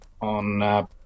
on